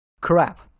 Crap